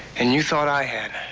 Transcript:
and you thought i had.